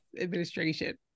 administration